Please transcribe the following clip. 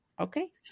okay